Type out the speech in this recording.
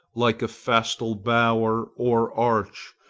like a festal bower or arch,